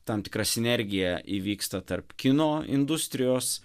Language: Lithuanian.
tam tikra sinergija įvyksta tarp kino industrijos